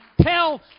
tell